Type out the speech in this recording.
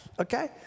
okay